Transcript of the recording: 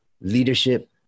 leadership